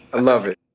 love it.